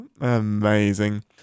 amazing